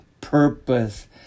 purpose